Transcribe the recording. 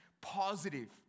positive